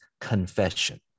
confession